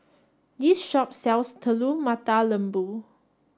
this shop sells Telur Mata Lembu